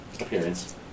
appearance